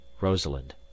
rosalind